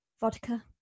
Vodka